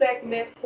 segment